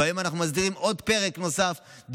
והיום אנחנו מסדירים פרק נוסף,